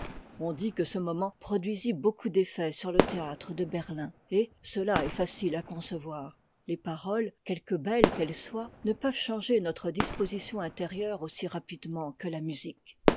on dit que ce moment produisit beaucoup d'effet sur le théâtre de berlin et cela est facile à concevoir les paroles quelque belles qu'elles soient ne peuvent changer notre disposition intérieure aussi rapidement que la musique